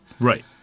right